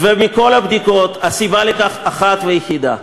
מכל הבדיקות, הסיבה לכך היא אחת ויחידה: